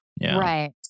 Right